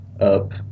up